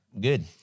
Good